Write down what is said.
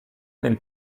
nel